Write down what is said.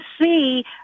see